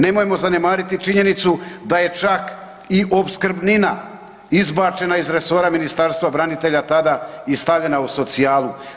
Nemojmo zanemariti činjenicu da je čak i opskrbnina izbačena iz resora Ministarstva branitelja tada i stavljena u socijalu.